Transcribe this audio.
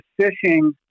fishing